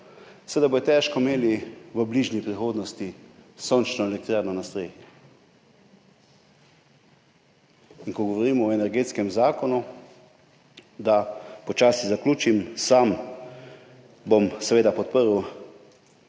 seveda težko imeli v bližnji prihodnosti sončno elektrarno na strehi. Ko govorimo o Energetskem zakonu, da počasi zaključim, sam bom seveda podprl